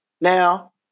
Now